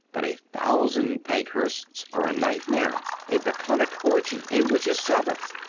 but a thousand pankhursts are a nightmare, a bacchic orgy, a witch's sabbath.